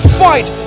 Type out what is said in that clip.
fight